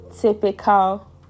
typical